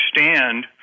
understand